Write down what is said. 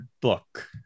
book